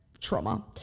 trauma